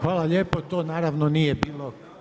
Hvala lijepo, to naravno nije puno.